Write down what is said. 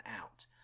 out